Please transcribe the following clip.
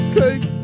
take